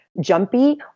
jumpy